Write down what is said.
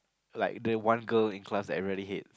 like the one girl in class everybody hate